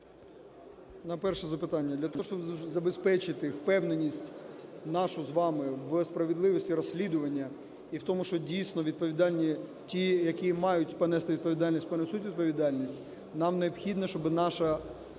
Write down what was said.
На перше запитання. Для того, щоб забезпечити впевненість нашу з вами в справедливості розслідування і в тому, що, дійсно, відповідальні ті, які мають понести відповідальність, понесуть відповідальність, нам необхідно, щоб наша